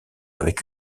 avec